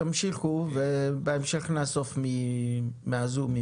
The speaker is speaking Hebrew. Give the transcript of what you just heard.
תמשיכו ובהמשך נאסוף שאלות מהזום כי